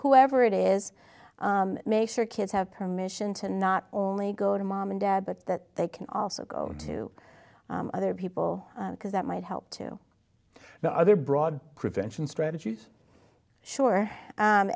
whoever it is make sure kids have permission to not only go to mom and dad but that they can also go to other people because that might help to the other broad prevention strategies sure